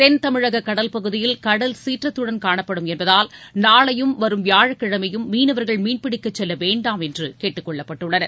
தென்தமிழக கடல் பகுதியில் கடல் சீற்றத்துடன் காணப்படும் என்பதால் நாளையும் வரும் வியாழக்கிழமையும் மீனவர்கள் மீன் பிடிக்கச் செல்ல வேண்டாம் என்று கேட்டுக்கொள்ளப்பட்டுள்ளனர்